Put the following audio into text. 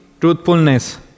truthfulness